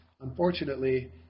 unfortunately